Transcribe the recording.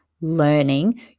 learning